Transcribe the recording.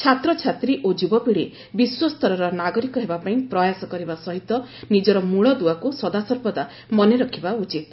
ଛାତ୍ରଛାତ୍ରୀ ଓ ଯୁବପୀଢ଼ି ବିଶ୍ୱସ୍ତରର ନାଗରିକ ହେବା ପାଇଁ ପ୍ରୟାସ କରିବା ସହିତ ନିଜର ମୂଳଦୁଆକୁ ସଦାସର୍ବଦା ମନେ ରଖିବା ଉଚିତ୍